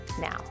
now